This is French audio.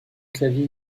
clavier